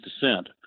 descent